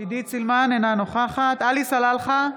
אינה נוכחת עלי סלאלחה,